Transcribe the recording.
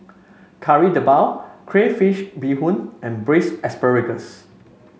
Kari Debal Crayfish Beehoon and Braised Asparagus